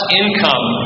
income